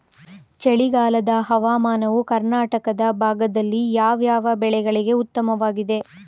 ಚಳಿಗಾಲದ ಹವಾಮಾನವು ಕರ್ನಾಟಕದ ಭಾಗದಲ್ಲಿ ಯಾವ್ಯಾವ ಬೆಳೆಗಳಿಗೆ ಉತ್ತಮವಾಗಿದೆ?